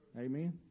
Amen